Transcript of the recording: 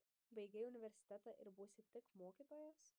baigei universitetą ir būsi tik mokytojas